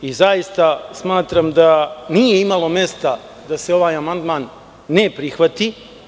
Zaista smatram da nije imalo mesta da se ovaj amandman ne prihvati.